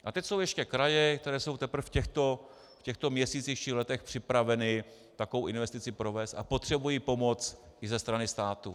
A teď jsou ještě kraje, které jsou v těchto měsících či letech připraveny takovou investici provést a potřebují pomoc i ze strany státu.